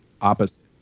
opposite